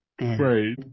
Right